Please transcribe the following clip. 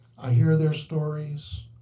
i hear their stories.